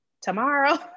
tomorrow